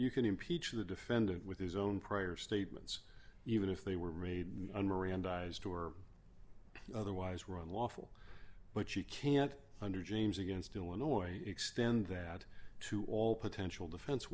you can impeach the defendant with his own prior statements even if they were made dies or otherwise run lawful but you can't under james against illinois extend that to all potential defense